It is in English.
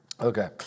Okay